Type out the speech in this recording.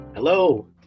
Hello